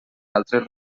altres